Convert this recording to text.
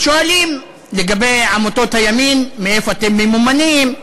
שואלים לגבי עמותות הימין: מאיפה אתם ממומנים?